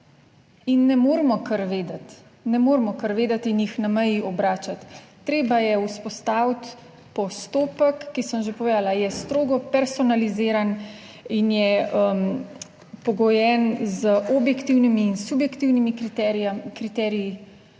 Ne moremo kar vedeti in jih na meji obračati. Treba je vzpostaviti postopek, ki sem že povedala, je strogo personaliziran in je pogojen z objektivnimi in subjektivnimi kriteriji